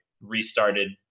restarted